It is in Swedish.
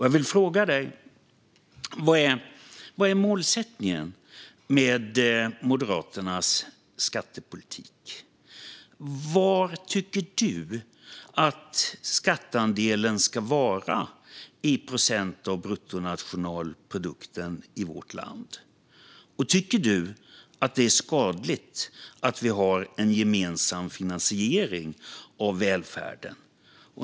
Jag vill fråga dig: Vad är målsättningen med Moderaternas skattepolitik? Vad tycker du att skatteandelen ska vara i procent av bruttonationalprodukten i vårt land? Och tycker du att det är skadligt att vi har en gemensam finansiering av välfärden?